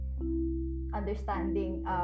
understanding